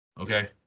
Okay